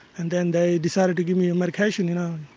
and then they decided to get me on medication you know.